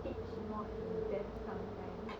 teach more in depth sometimes